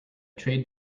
trade